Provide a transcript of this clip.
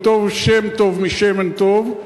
וטוב שם טוב משמן טוב,